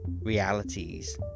realities